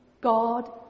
God